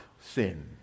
sin